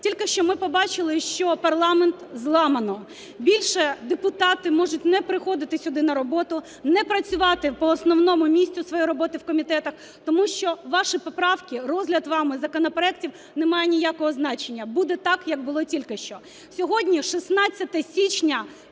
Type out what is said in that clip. Тільки що ми побачили, що парламент зламано, більше депутати можуть не приходити сюди на роботу, не працювати по основному місцю своєї роботи в комітетах, тому що ваші поправки, розгляд вами законопроектів не має ніякого значення, буде так, як було тільки що.